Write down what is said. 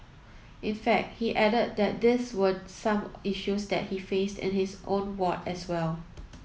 in fact he added that these were some issues that he faced in his own ward as well